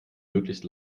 möglichst